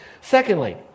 Secondly